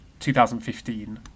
2015